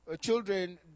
children